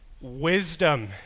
Wisdom